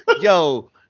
yo